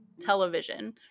television